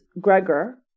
gregor